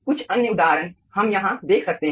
कुछ अन्य उदाहरण हम यहां देख सकते हैं